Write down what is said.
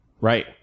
Right